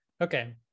Okay